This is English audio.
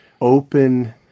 open